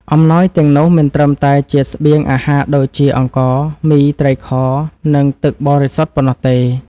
អំណោយទាំងនោះមិនត្រឹមតែជាស្បៀងអាហារដូចជាអង្ករ មី ត្រីខ និងទឹកបរិសុទ្ធប៉ុណ្ណោះទេ។